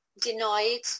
denied